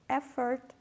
effort